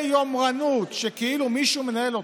ויומרנות שכאילו מישהו מנהל אותך,